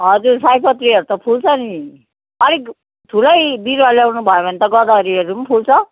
हजुर सयपत्रीहरू त फुल्छ नि अलिक ठुलै बिरुवा ल्याउनु भयो भने त गदावरीहरू पनि फुल्छ